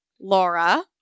laura